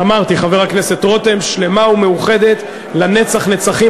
אמרתי, חבר הכנסת רותם, שלמה ומאוחדת לנצח נצחים.